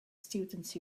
students